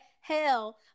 hell